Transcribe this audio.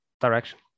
direction